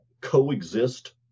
coexist